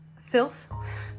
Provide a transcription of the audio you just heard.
filth